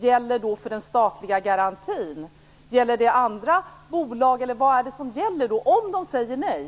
gäller då för den statliga garantin? Gäller den andra bolag? Eller vad är det som gäller, om AB Tipstjänst säger nej?